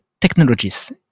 technologies